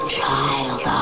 child